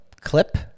Clip